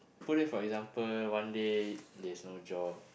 put it for example one day there's no job